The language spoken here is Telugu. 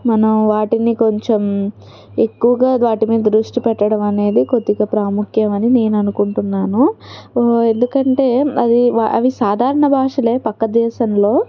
మనం వాటిని కొంచెం ఎక్కువగా వాటిమీద దృష్టిపెట్టడమనేది కొద్దిగా ప్రాముఖ్యమని నేననుకుంటున్నాను ఎందుకంటే అయి వా అవి సాధారణ భాషలే పక్క దేశంలో